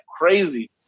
crazy